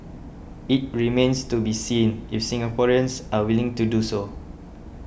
it remains to be seen if Singaporeans are willing to do so